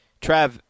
Trav